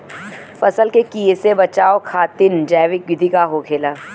फसल के कियेसे बचाव खातिन जैविक विधि का होखेला?